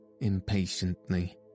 impatiently